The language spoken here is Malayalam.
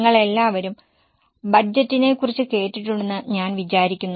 നിങ്ങൾ എല്ലാവരും ബഡ്ജറ്റിനെ കുറിച്ചു കേട്ടിട്ടുണ്ടെന്നു ഞാൻ വിചാരിക്കുന്നു